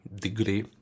degree